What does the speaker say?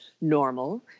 normal